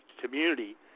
community